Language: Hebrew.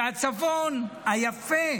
הצפון היפה